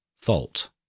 fault